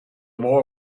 boy